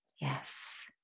Yes